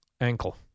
ankle